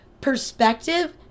perspective